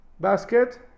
basket